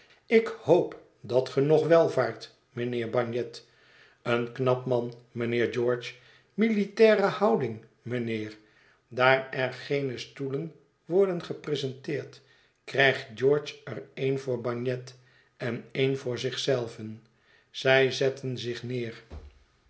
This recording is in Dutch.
ik hoop dat ge nog wel vaart mijnheer bagnet een knap man mijnheer george militaire houding mijnheer daar er geene stoelen worden gepresenteerd krijgt george er een voor bagnet en een voor zich zelven zij zetten zich neer